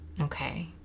Okay